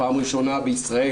פעם ראשונה בישראל,